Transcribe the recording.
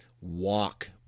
walk